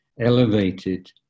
elevated